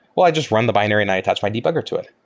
well, i just run the binary and i attach my debugger to it.